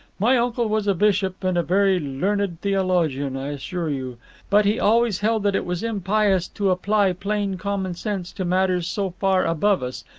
my uncle was a bishop and a very learned theologian, i assure you but he always held that it was impious to apply plain common sense to matters so far above us,